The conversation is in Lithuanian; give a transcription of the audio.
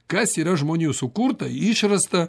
kas yra žmonių sukurta išrasta